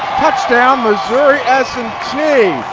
touchdown missouri s and t.